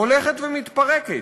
הולכת ומתפרקת,